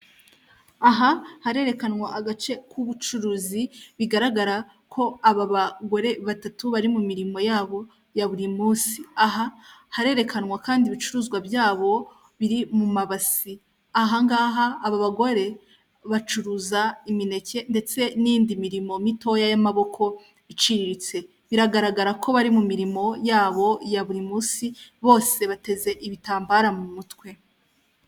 Aha harerekanwa agace k'ubucuruzi bigaragara ko aba bagore batatu bari mu mirimo yabo ya buri munsi. Aha harerekanwa kandi ibicuruzwa byabo biri mu mabasi. Aha ngaha aba bagore bacuruza imineke ndetse n'iyindi mirimo mitoya y'amaboko iciriritse. Biragaragara ko bari mu mirimo yabo ya buri munsi, bose bateze ibitambara mu mutwe.